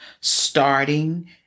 starting